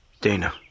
Dana